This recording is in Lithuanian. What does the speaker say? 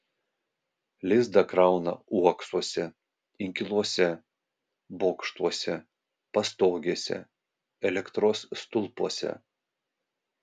lizdą krauna uoksuose inkiluose bokštuose pastogėse elektros stulpuose